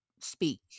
speak